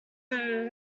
will